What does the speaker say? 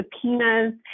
subpoenas